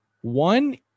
one